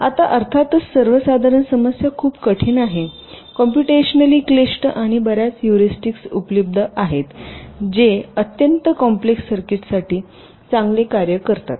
आता अर्थातच सर्वसाधारण समस्या खूप कठीण आहे कॉम्पुटेशनली क्लिष्ट आणि बर्याच हुरिस्टिकस उपलब्ध आहेत जे अत्यंत कॉम्प्लेक्स सर्किटसाठी चांगले कार्य करतात